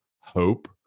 hope